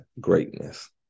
greatness